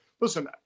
listen